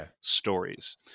stories